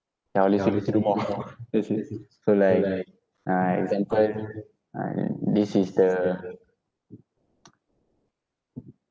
ya always willing to do more this is so like uh example uh this is the